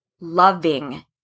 loving